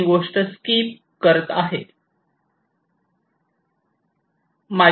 मी ही गोष्ट स्किप करत आहे